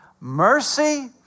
Mercy